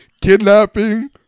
Kidnapping